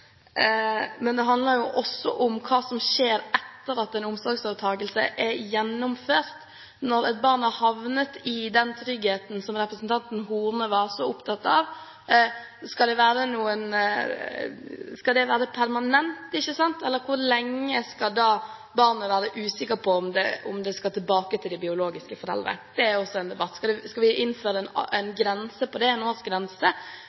men det handler også om hva som skjer etter at en omsorgsovertakelse er gjennomført. Når et barn har havnet i den tryggheten, som representanten Horne var så opptatt av, skal det være permanent, eller hvor lenge skal barnet være usikker på om det skal tilbake til de biologiske foreldrene? Det er også en debatt. Skal vi innføre en